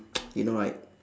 you know right